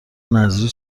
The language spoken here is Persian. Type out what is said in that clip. نذری